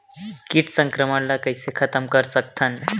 कीट संक्रमण ला कइसे खतम कर सकथन?